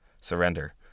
surrender